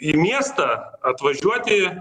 į miestą atvažiuoti